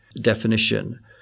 definition